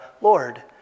Lord